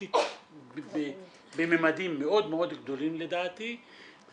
אקוטית במימדים מאוד מאוד גדולים לדעתי.